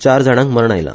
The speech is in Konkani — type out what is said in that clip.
चार जाणांक मरण आयला